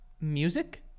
Music